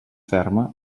ferma